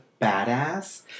badass